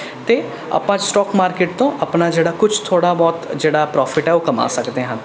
ਅਤੇ ਆਪਾਂ stock market ਤੋਂ ਆਪਣਾ ਜਿਹੜਾ ਕੁੱਛ ਥੋੜ੍ਹਾ ਬਹੁਤ ਜਿਹੜਾ ਪ੍ਰੋਫਿੱਟ ਹੈ ਉਹ ਕਮਾ ਸਕਦੇ ਹਾਂ